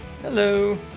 Hello